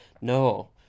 No